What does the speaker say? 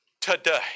today